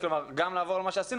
גם לעבור על מה שעשינו,